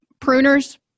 pruners